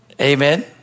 Amen